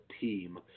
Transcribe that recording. team